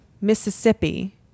Mississippi